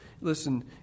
Listen